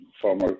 former